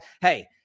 hey